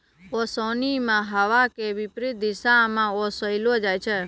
ओसोनि मे हवा के विपरीत दिशा म ओसैलो जाय छै